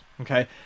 okay